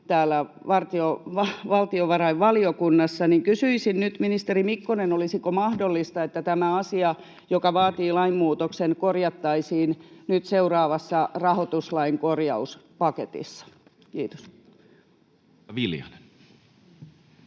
täällä valtiovarainvaliokunnassa. Kysyisin nyt, ministeri Mikkonen: olisiko mahdollista, että tämä asia, joka vaatii lainmuutoksen, korjattaisiin nyt seuraavassa rahoituslain korjauspaketissa? — Kiitos.